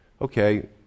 Okay